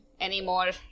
anymore